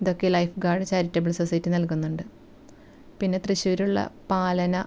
ഇതൊക്കെ life guard charitable society നൽകുന്നുണ്ട് പിന്നെ തൃശ്ശൂരുള്ള പാലന